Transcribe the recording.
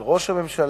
של ראש הממשלה.